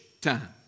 time